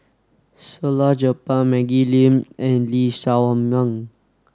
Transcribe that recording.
Salleh Japar Maggie Lim and Lee Shao Meng